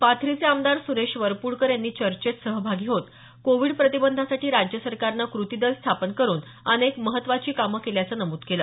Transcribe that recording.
पाथरीचे आमदार सुरेश वरपुडकर यांनी चर्चेत सहभागी होत कोविड प्रतिबंधासाठी राज्य सरकारनं कृती दल स्थापन करुन अनेक महत्वाची कामं केल्याचं नमूद केलं